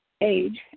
age